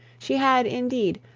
she had, indeed,